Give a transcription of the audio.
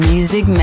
Music